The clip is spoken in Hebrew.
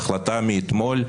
החלטה מאתמול,